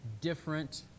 different